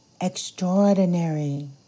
extraordinary